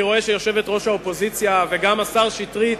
אני רואה שיושבת-ראש האופוזיציה וגם השר שטרית